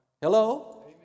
Hello